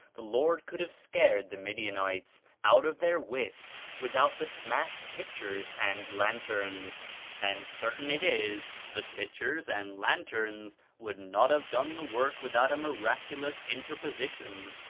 the lord could have scared the midianites out of their wits without the smashed pitchers and lanterns and certain it is the pitchers and lanterns would not have done the work with out a miraculous interposition.